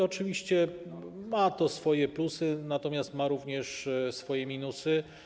Oczywiście ma to swoje plusy, natomiast ma to również swoje minusy.